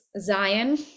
Zion